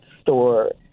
store